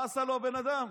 מה עשה לו הבן אדם?